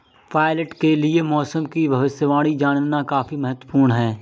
pilot के लिए मौसम की भविष्यवाणी जानना काफी महत्त्वपूर्ण है